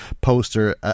poster